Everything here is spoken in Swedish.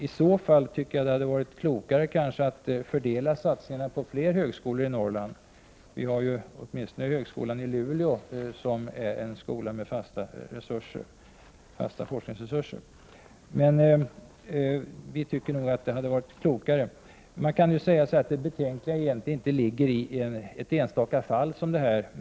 I så fall tycker jag att det kanske hade varit klokare att fördela satsningarna på flera högskolor i Norrland. Vi har åtminstone en högskola i Luleå som har fasta forskningsresurser. Det betänkliga ligger egentligen inte i ett enstaka fall som det här.